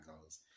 goes